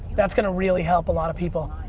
that's gonna really help a lot of people.